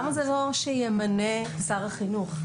למה זה לא שימנה שר החינוך?